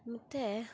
ಮತ್ತು